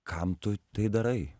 kam tu tai darai